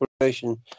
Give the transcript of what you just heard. operation